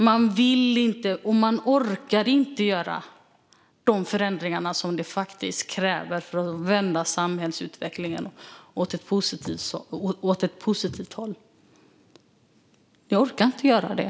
Man vill inte och orkar inte göra de förändringar som krävs för att vända samhällsutvecklingen åt ett positivt håll. Ni orkar inte göra det.